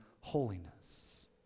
holiness